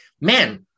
man